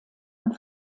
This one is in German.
und